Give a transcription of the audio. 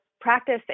practice